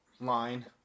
line